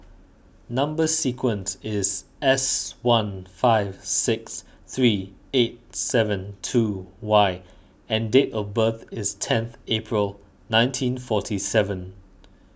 Number Sequence is S one five six three eight seven two Y and date of birth is tenth April nineteen forty seven